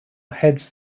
heads